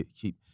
keep